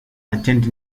attend